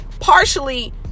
partially